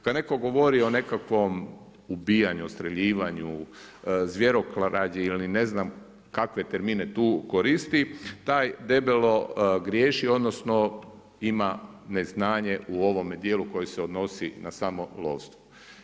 Kad netko govori o nekakvom ubijanju, streljivanju, zvjerokrađi ili ne znam kakve termine tu koristi, taj debelo griješi, odnosno ima neznanje u ovome dijelu koji se odnosi na samo lovstvo.